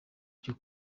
cyo